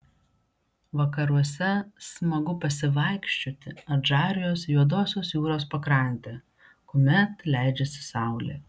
vakaruose smagu pasivaikščioti adžarijos juodosios jūros pakrante kuomet leidžiasi saulė